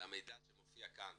שהמידע שמופיע כאן,